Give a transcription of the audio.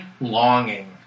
longing